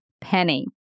penny